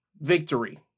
...victory